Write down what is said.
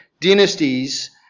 dynasties